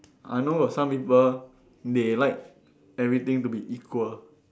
I know of some people they like everything to be equal